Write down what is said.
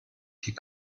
die